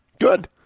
Good